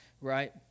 Right